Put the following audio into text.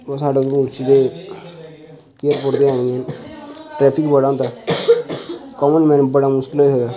साढ़े इ'त्थें एयरपोर्ट ते ऐनी हैन ते ट्रैफिक बड़ा होंदा ओह्दे नै बड़ा मुश्कल होई जंदा